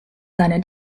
seine